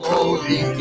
Holy